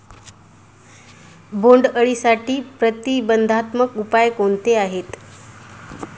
बोंडअळीसाठी प्रतिबंधात्मक उपाय कोणते आहेत?